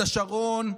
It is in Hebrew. הוד השרון,